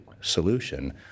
solution